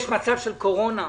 יש מצב של קורונה.